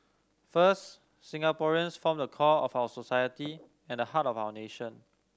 first Singaporeans form the core of our society and the heart of our nation